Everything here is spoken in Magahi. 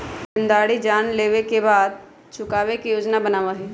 देनदारी जाने लेवे के बाद चुकावे के योजना बनावे के चाहि